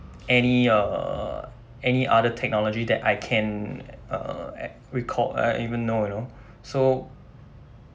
any uh any other technology that I can um uh recall ah even know you know so